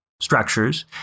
structures